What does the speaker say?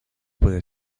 puede